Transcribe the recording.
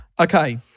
okay